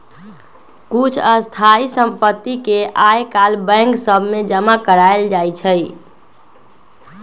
कुछ स्थाइ सम्पति के याजकाल बैंक सभ में जमा करायल जाइ छइ